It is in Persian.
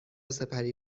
سپری